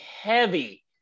heavy